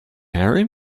marry